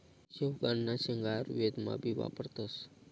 शेवगांना शेंगा आयुर्वेदमा भी वापरतस